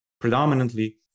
predominantly